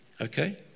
Okay